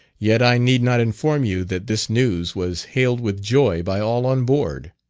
yet i need not inform you that this news was hailed with joy by all on board.